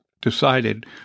decided